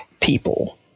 people